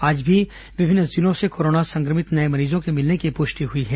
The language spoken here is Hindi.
आज भी विभिन्न जिलों से कोरोना संक्रमित नये मरीजों के मिलने की पुष्टि हुई है